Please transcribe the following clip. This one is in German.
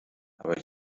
aber